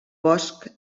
bosc